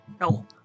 No